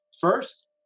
First